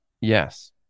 yes